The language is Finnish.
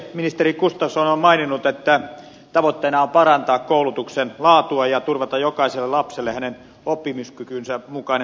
ministeri gustafsson on maininnut että tavoitteena on parantaa koulutuksen laatua ja turvata jokaiselle lapselle hänen oppimiskykynsä mukainen oppimisympäristö